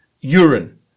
urine